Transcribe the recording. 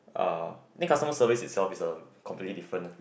uh think customer service itself is a completely different